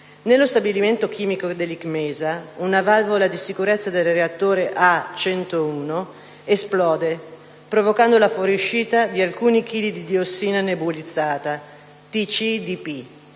Nello stabilimento chimico dell'ICMESA una valvola di sicurezza del reattore A-101 esplode, provocando la fuoriuscita di alcuni chili di diossina nebulizzata (TCDD),